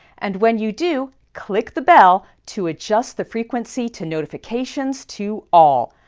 and when you do, click the bell to adjust the frequency to notifications to all.